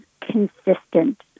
consistent